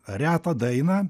retą dainą